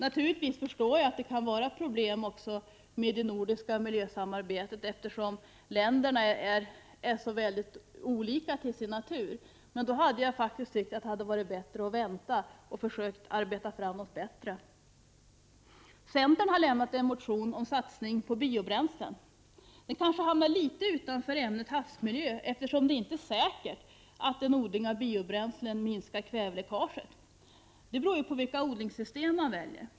Naturligtvis förstår jag att det kan vara problem också med det nordiska miljösamarbetet på grund av att länderna har så olika natur. Men jag tycker att det hade varit bättre att vänta och försöka arbeta fram något bättre. Centern har avgett en motion om satsning på biobränslen. Motionen kanske hamnar litet utanför ämnet havsmiljö, eftersom det inte är säkert att en odling av biobränslen minskar kväveläckaget. Det beror ju på vilka odlingssystem man väljer.